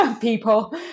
people